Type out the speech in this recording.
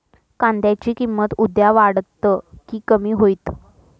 कांद्याची किंमत उद्या वाढात की कमी होईत?